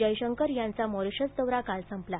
जयशंकर यांचा मॉरीशस दौरा काल संपला